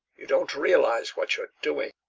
you don't realise what you're doing.